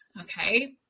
okay